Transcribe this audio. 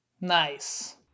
Nice